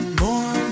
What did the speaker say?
more